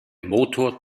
motor